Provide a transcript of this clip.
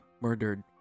murdered